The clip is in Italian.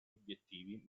obiettivi